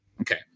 okay